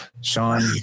Sean